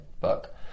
book